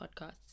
podcasts